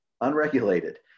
unregulated